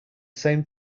same